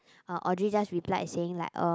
uh Audrey just replied saying like uh